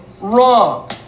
wrong